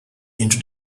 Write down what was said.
into